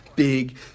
Big